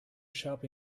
shop